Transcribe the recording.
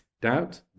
Doubt